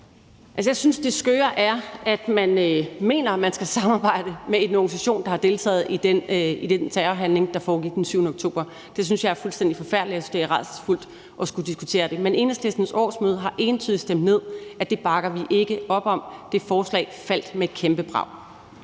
Jeg synes, at det skøre er, at man mener, at man skal samarbejde med en organisation, der har deltaget i den terrorhandling, der foregik den 7. oktober. Det synes jeg er fuldstændig forfærdeligt, og jeg synes, det er rædselsfuldt at skulle diskutere det. Men Enhedslistens årsmøde har entydigt stemt det ned og sagt, at det bakker vi ikke op om. Det forslag faldt med et kæmpe brag.